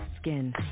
skin